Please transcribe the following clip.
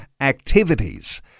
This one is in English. activities